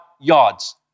yards